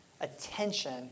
attention